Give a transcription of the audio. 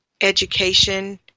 education